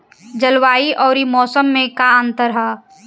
जलवायु अउर मौसम में का अंतर ह?